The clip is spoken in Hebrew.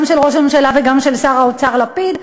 גם של ראש הממשלה וגם של שר האוצר לפיד?